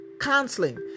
counseling